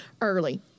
early